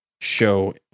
show